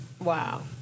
Wow